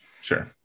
sure